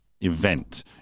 event